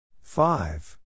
Five